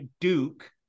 Duke